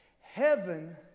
Heaven